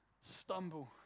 stumble